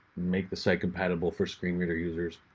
make the site compatible for screen reader users,